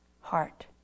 heart